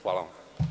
Hvala.